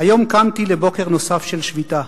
"היום קמתי לבוקר נוסף של שביתה,